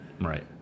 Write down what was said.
right